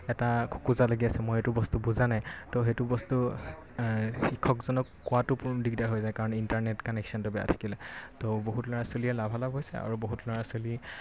এটা খোকোজা লাগি আছে মই এইটো বস্তু বুজা নাই ত' সেইটো বস্তু শিক্ষকজনক কোৱাটো দিগদাৰ হৈ যায় কাৰণ ইণ্টাৰনেট কানেকশ্যনটো বেয়া থাকিলে ত' বহুত ল'ৰা ছোৱালীয়ে লাভালাভ হৈছে আৰু বহুত ল'ৰা ছোৱালী